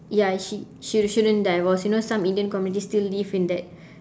ya she she shouldn't divorce you know some indian community still live in that